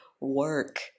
work